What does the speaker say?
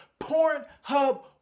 Pornhub